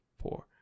four